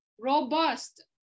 robust